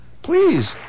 Please